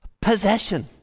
possession